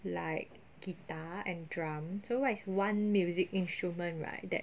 like guitar and drum so what is one music instrument right that